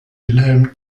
wilhelm